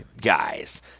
guys